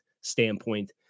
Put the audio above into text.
standpoint